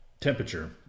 temperature